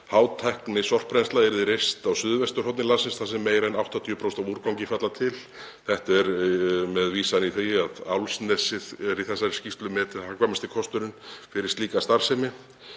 „Hátæknisorpbrennsla yrði reist á suðvesturhorni landsins þar sem meira en 80% af úrgangi falla til.“ Þetta er með vísan í það að Álfsnesið er í þessari skýrslu metið hagkvæmasti kosturinn fyrir slíka starfsemi.